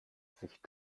sich